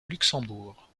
luxembourg